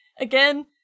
again